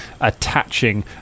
attaching